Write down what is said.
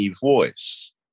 voice